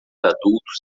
adultos